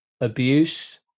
abuse